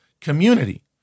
community